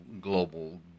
global